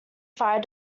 fire